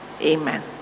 Amen